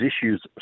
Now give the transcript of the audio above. issues